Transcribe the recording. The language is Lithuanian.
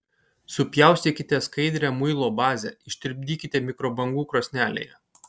supjaustykite skaidrią muilo bazę ištirpdykite mikrobangų krosnelėje